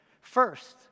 First